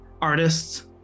artists